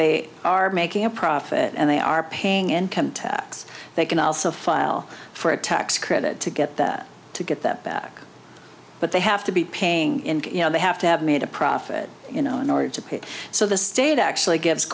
they are making a profit and they are paying income tax they can also file for a tax credit to get that to get that back but they have to be paying you know they have to have made a profit you know in order to pay so the state actually gives